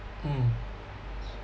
mm